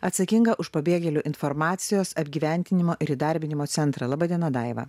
atsakinga už pabėgėlių informacijos apgyvendinimo ir įdarbinimo centrą laba diena daiva